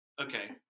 Okay